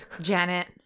Janet